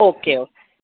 okay okay